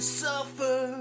suffer